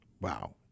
Wow